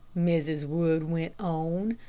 mrs. wood went on,